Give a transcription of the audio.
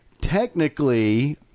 technically